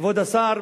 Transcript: כבוד השר,